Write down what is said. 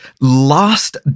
last